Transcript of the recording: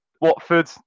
Watford